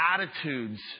attitudes